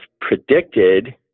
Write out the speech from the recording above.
predicted